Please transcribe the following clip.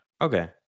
Okay